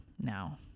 now